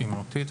היא מהותית,